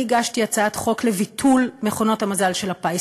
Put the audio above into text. אני הגשתי הצעת חוק לביטול מכונות המזל של הפיס.